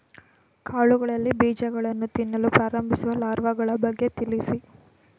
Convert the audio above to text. ಕಾಳುಗಳಲ್ಲಿ ಬೀಜಗಳನ್ನು ತಿನ್ನಲು ಪ್ರಾರಂಭಿಸುವ ಲಾರ್ವಗಳ ಬಗ್ಗೆ ತಿಳಿಸಿ?